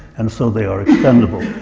and so they are expendable.